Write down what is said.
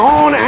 on